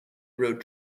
road